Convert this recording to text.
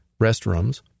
restrooms